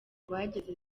bageze